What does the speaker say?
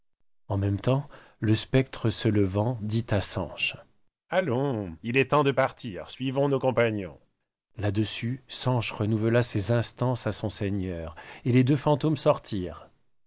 en même tems le spectre se levant dit à sanche allons il est tems de partir suivons nos compagnons là-dessus sanche renouvella ses instances à son seigneur et les deux fantômes sortirent